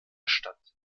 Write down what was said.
stadt